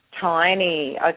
tiny